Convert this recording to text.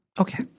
Okay